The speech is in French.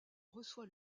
reçoit